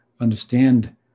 understand